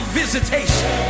visitation